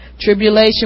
Tribulation